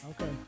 Okay